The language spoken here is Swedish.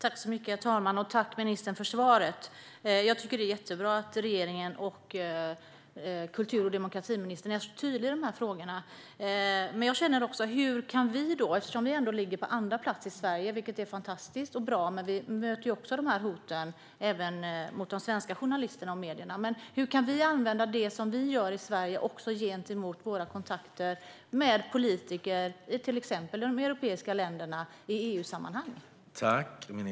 Herr talman! Tack, ministern, för svaret! Jag tycker att det är jättebra att regeringen och kultur och demokratiministern är så tydliga i de här frågorna. Sverige ligger på andra plats, vilket är fantastiskt och bra, men dessa hot finns ju även mot svenska journalister och medier. Hur kan vi använda det som vi gör i Sverige vid våra kontakter med politiker i exempelvis de europeiska länderna i EU-sammanhang?